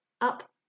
up